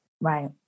Right